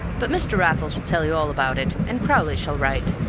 but mr. raffles will tell you all about it, and crowley shall write.